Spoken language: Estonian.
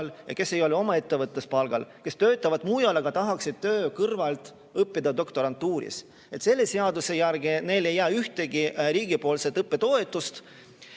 ja kes ei ole oma ettevõttes palgal, st kes töötavad mujal, aga tahaksid töö kõrvalt õppida doktorantuuris. Selle seaduse järgi neile ei jää ühtegi riigi antavat õppetoetust.